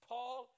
Paul